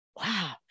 wow